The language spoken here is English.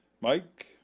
Mike